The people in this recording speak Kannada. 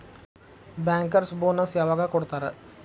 ಬ್ಯಾಂಕರ್ಸ್ ಬೊನಸ್ ಯವಾಗ್ ಕೊಡ್ತಾರ?